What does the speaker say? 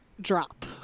drop